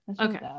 Okay